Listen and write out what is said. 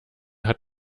hat